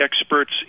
experts